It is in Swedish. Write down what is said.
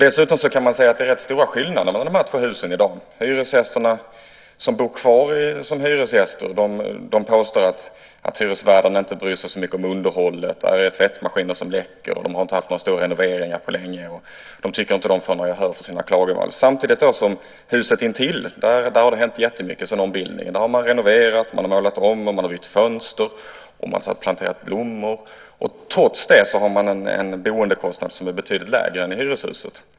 Dessutom kan man säga att det är rätt stora skillnader mellan de här två husen i dag. Hyresgästerna som bor kvar som hyresgäster påstår att hyresvärden inte bryr sig så mycket om underhållet. Där finns tvättmaskiner som läcker. De har inte haft någon stor renovering på länge. De tycker inte att de får gehör för sina klagomål. Samtidigt har det i huset intill hänt jättemycket sedan ombildningen. Man har renoverat, man har målat om, man har bytt fönster och man har planterat blommor. Trots det har man en boendekostnad som är betydligt lägre än i hyreshuset.